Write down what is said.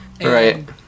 Right